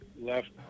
left